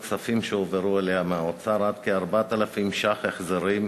כספים שהועברו אליה מהאוצר עד כ-4,000 ש"ח החזרים